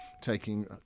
taking